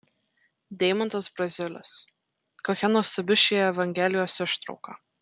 deimantas braziulis kokia nuostabi ši evangelijos ištrauka